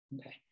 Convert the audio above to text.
Okay